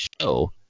show